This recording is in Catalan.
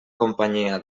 companyia